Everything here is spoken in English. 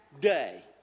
day